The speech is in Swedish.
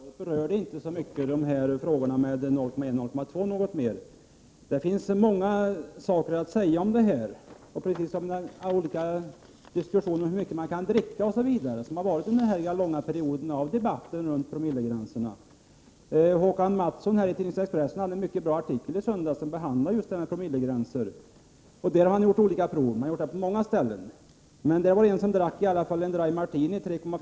Herr talman! Statsrådet Laila Freivalds berörde i sitt senaste inlägg inte frågan om dessa 0,1 resp. 0,2 Jo som tillåtna gränser. Det finns många saker att säga om detta, precis som det finns mycket att säga om hur mycket man kan dricka för att uppnå en viss alkoholmängd i blodet. Det har också under lång tid förts diskussioner om promillegränserna. Håkan Matson hade i tidningen Expressen i söndags en mycket bra artikel i frågan om promillegränser. Han hade gjort ett experiment med några medarbetare på tidningen.